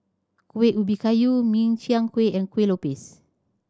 Kuih Ubi Kayu Min Chiang Kueh and Kuih Lopes